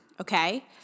okay